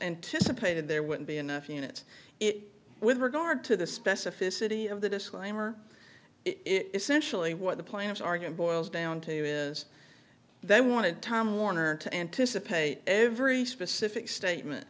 anticipated there wouldn't be enough units it with regard to the specificity of the disclaimer it is essentially what the plans are going boils down to is they want to time warner to anticipate every specific statement